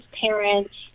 parents